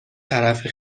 طرف